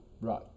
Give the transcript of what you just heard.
Right